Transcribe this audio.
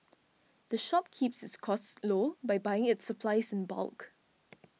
the shop keeps its costs low by buying its supplies in bulk